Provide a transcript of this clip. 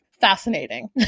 fascinating